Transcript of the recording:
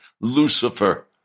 Lucifer